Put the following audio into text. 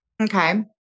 Okay